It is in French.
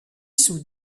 sous